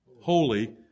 holy